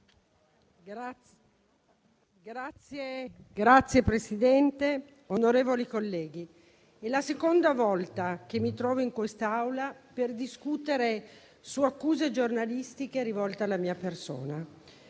Signor Presidente, onorevoli colleghi, è la seconda volta che mi trovo in quest'Aula per discutere su accuse giornalistiche rivolte alla mia persona.